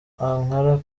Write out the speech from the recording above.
ankara